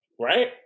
right